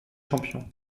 champions